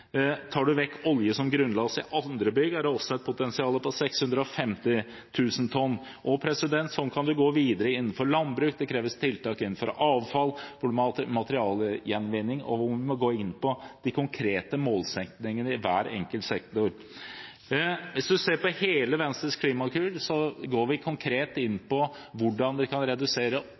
Tar du vekk oljefyring også i andre bygg, er det også et potensial på 650 000 tonn. Sånn kan man gå videre innenfor landbruket, og det kreves tiltak innenfor avfallssektoren, materialgjenvinning, og vi må gå inn på de konkrete målsettingene i hver enkelt sektor. Hvis man ser på hele Venstres klimakur, ser man at vi går konkret inn på hvordan vi kan redusere